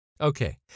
Okay